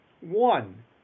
One